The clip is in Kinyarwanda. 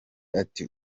ati